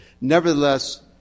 nevertheless